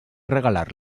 regalar